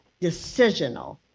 decisional